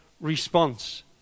response